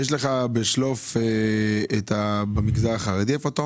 יש לך בשלוף איפה אתה עומד במגזר החרדי?